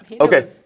Okay